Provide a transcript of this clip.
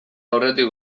aurretik